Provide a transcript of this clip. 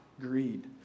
greed